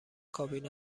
کابین